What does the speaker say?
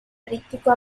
trittico